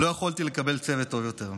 לא יכולתי לקבל צוות טוב יותר.